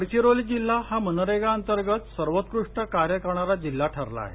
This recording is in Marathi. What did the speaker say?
गडचिरोली जिल्हा हा मनरेगा अंतर्गत सर्वोत्कृष्ट कार्य करणारा जिल्हा ठरला आहे